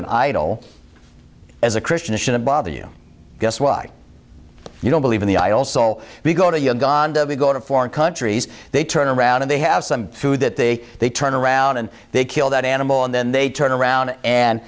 an idol as a christian it shouldn't bother you guess why you don't believe in the i also be go to uganda we go to foreign countries they turn around and they have some food that they they turn around and they kill that animal and then they turn around and